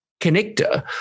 connector